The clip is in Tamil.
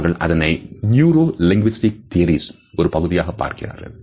அவர்கள் அதனை neuro linguistic theories ஒரு பகுதியாக பார்க்கின்றனர்